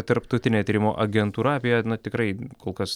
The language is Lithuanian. tarptautinė tyrimų agentūra apie ją na tikrai kol kas